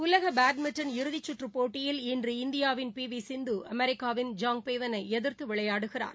உலகபேட்மின்டன் இறுதிச்சுற்றுபோட்டியில் இன்று இந்தியாவின் பிவிசிந்து அமெரிக்காவின் ஜாங் பீவனைஎதிர்த்துவிளையாடுகிறார்